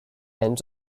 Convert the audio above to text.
end